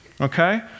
okay